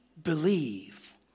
believe